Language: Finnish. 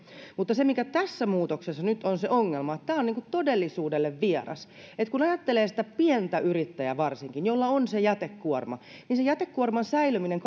mutta se mikä tässä muutoksessa nyt on se ongelma on se että tämä on todellisuudelle vieras kun ajattelee varsinkin sitä pientä yrittäjää jolla on se jätekuorma niin se jätekuorman säilöminen